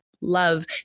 Love